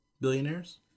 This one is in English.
billionaires